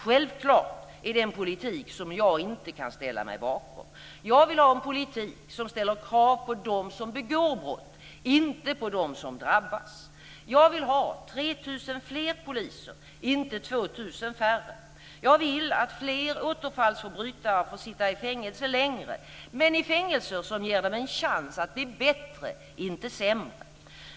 Självklart är det en politik som jag inte kan ställa mig bakom. Jag vill ha en politik som ställer krav på dem som begår brott, inte på dem som drabbas. Jag vill ha 3 000 fler poliser, inte 2 000 färre. Jag vill att fler återfallsförbrytare får sitta i fängelse längre, men i fängelser som ger dem en chans att bli bättre, inte sämre.